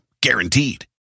Guaranteed